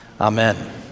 Amen